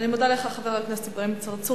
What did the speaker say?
אני מודה לך, חבר הכנסת אברהים צרצור.